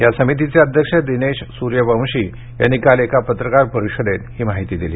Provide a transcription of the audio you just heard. या समितीचे अध्यक्ष दिनेश सूर्यवंशी यांनी काल एका पत्रकार परिषदेत ही माहिती दिली